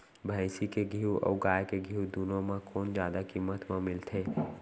भैंसी के घीव अऊ गाय के घीव दूनो म कोन जादा किम्मत म मिलथे?